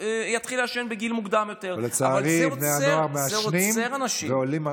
יתחילו לעשן בגיל מוקדם יותר, אבל זה עוצר אנשים.